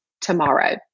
tomorrow